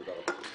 תודה רבה.